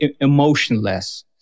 emotionless